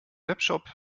webshop